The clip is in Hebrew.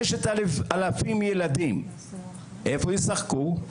5,000 ילדים, איפה ישחקו?